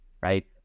right